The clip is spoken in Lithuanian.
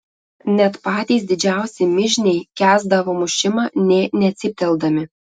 net patys didžiausi mižniai kęsdavo mušimą nė necypteldami